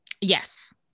Yes